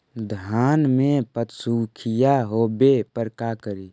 धान मे पत्सुखीया होबे पर का करि?